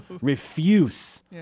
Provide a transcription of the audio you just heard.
refuse